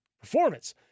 Performance